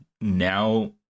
now